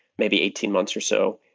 maybe eighteen months or so,